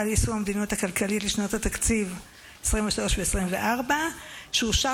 ליישום המדיניות הכלכלית לשנות התקציב 2023 ו-2024) שאושר